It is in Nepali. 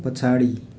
पछाडि